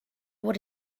what